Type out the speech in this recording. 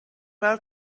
well